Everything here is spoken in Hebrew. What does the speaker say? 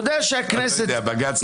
אני לא יודע, בג"ץ כנראה.